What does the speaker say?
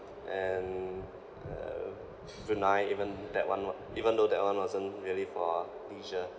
and uh brunei even that [one] not even though that [one] wasn't really for leisure